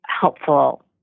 helpful